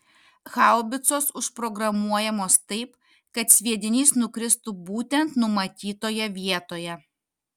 haubicos užprogramuojamos taip kad sviedinys nukristų būtent numatytoje vietoje